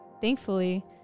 Thankfully